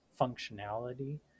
functionality